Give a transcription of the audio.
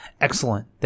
Excellent